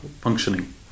functioning